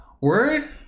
word